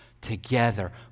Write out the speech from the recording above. together